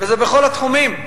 וזה בכל התחומים.